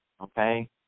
okay